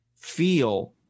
feel